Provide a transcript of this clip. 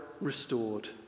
restored